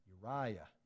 Uriah